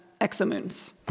exomoons